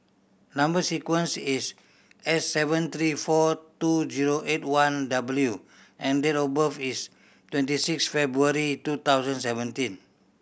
number sequence is S seven three four two zero eight one W and date of birth is twenty six February two thousand seventeen